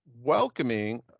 welcoming –